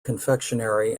confectionery